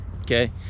okay